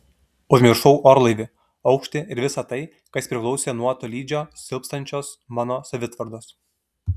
užmiršau orlaivį aukštį ir visa tai kas priklausė nuo tolydžio silpstančios mano savitvardos